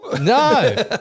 No